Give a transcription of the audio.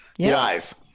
Guys